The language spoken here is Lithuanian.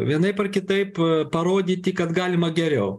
vienaip ar kitaip parodyti kad galima geriau